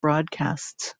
broadcasts